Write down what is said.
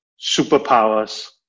superpowers